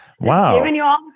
Wow